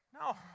No